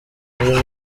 ariko